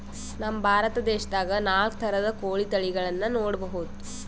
ನಮ್ ಭಾರತ ದೇಶದಾಗ್ ನಾಲ್ಕ್ ಥರದ್ ಕೋಳಿ ತಳಿಗಳನ್ನ ನೋಡಬಹುದ್